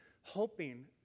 hoping